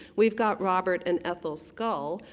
we've got robert and ethel scull,